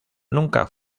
nunca